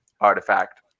artifact